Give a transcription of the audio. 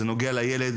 זה נוגע לילד